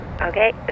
okay